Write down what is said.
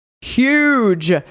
huge